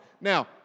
Now